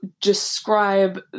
describe